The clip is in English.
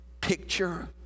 picture